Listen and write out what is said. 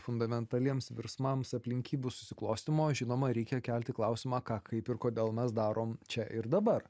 fundamentaliems virsmams aplinkybių susiklostymo žinoma reikia kelti klausimą ką kaip ir kodėl mes darom čia ir dabar